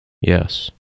Yes